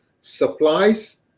supplies